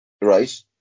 right